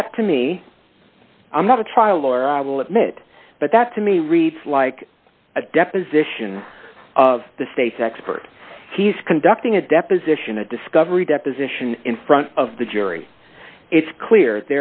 that to me i'm not a trial lawyer i will admit but that to me reads like a deposition of the state's expert he's conducting a deposition a discovery deposition in front of the jury it's clear